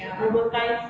ya